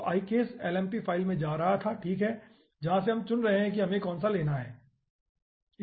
तो icase lmp file में जा रहा था ठीक है जहाँ से हम चुन रहे हैं कि हमें कौन सा लेना है ठीक है